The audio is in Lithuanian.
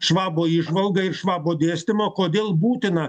švabo įžvalgą ir švabo dėstymą kodėl būtina